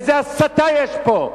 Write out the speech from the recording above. איזה הסתה יש פה.